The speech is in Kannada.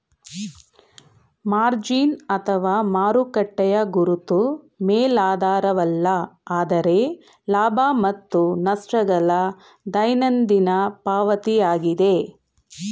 ಮಾರ್ಜಿನ್ ಅಥವಾ ಮಾರುಕಟ್ಟೆಯ ಗುರುತು ಮೇಲಾಧಾರವಲ್ಲ ಆದ್ರೆ ಲಾಭ ಮತ್ತು ನಷ್ಟ ಗಳ ದೈನಂದಿನ ಪಾವತಿಯಾಗಿದೆ